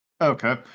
Okay